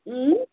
اۭں